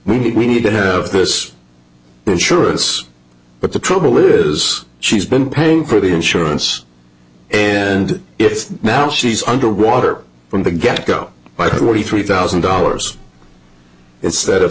ok we need to have this insurance but the trouble is she's been paying for the insurance and if now she's underwater from the get go by when he three thousand dollars instead of